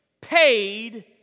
paid